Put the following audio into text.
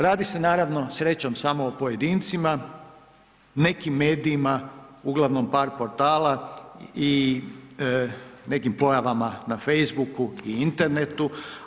Radi se naravno srećom samo o pojedincima, nekim medijima, uglavnom par portala i nekim pojavama na facebooku i internetu.